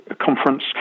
conference